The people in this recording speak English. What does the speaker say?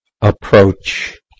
approach